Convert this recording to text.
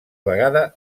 vegada